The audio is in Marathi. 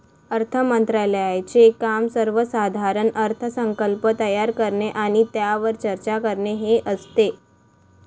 अर्थ मंत्रालयाचे काम सर्वसाधारण अर्थसंकल्प तयार करणे आणि त्यावर चर्चा करणे हे असते